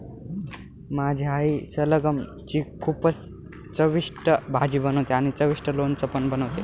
माझी आई सलगम ची खूपच चविष्ट भाजी बनवते आणि चविष्ट लोणचं पण बनवते